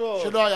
השמלה?